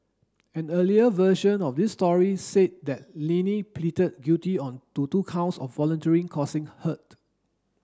an earlier version of this story said that Lenny pleaded guilty on to two counts of voluntary causing hurt